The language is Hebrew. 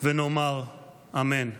ונאמר אמן".